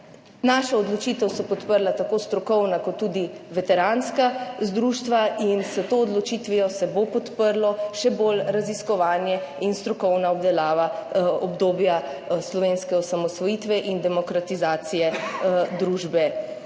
Našo odločitev so podprla tako strokovna kot tudi veteranska društva in s to odločitvijo se bo podprlo še bolj raziskovanje in strokovna obdelava obdobja slovenske osamosvojitve in demokratizacije družbe.